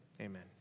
amen